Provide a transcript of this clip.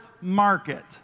Market